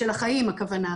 של החיים הכוונה,